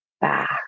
back